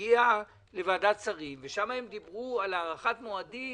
שהגיע לוועדת השרים, ושם הם דיברו על הארכת מועדים